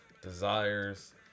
desires